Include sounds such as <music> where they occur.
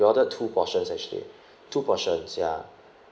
we ordered two portions actually <breath> two portions ya